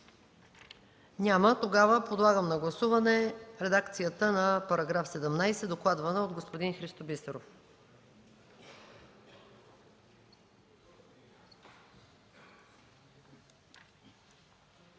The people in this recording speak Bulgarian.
Няма. Подлагам на гласуване редакцията на § 17, докладвана от господин Христо Бисеров.